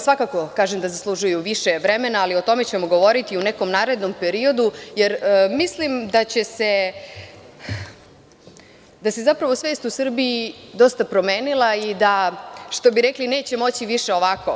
Svakako kažem da zaslužuju više vremena, ali o tome ćemo govoriti u nekom narednom periodu, jer mislim da se zapravo svest u Srbiji dosta promenila i da, što bi rekli, neće moći više ovako.